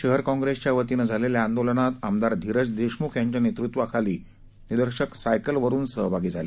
शहर काँग्रेसच्या वतीने झालेल्या आंदोलनात आमदार जिल्हा आणि धिरज लात्र देशमुख यांच्या नेतृत्वाखाली निदर्शक सायकलवरुन सहभागी झाले